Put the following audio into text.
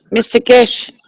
mr keshe?